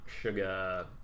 sugar